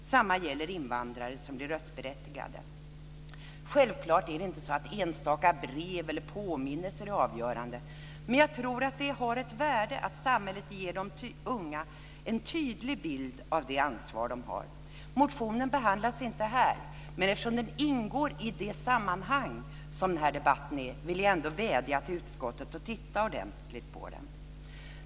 Detsamma gäller invandrare som blir röstberättigade. Självklart är inte enstaka brev eller påminnelser avgörande men jag tror att det har ett värde att samhället ger de unga en tydlig bild av det ansvar som de har. Motionen behandlas inte här men eftersom den ingår i samma sammanhang som debatten här vill jag vädja om att utskottet ordentligt tittar på den.